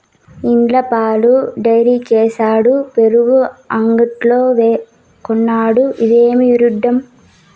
ఇండ్ల పాలు డైరీకేసుడు పెరుగు అంగడ్లో కొనుడు, ఇదేమి ఇడ్డూరం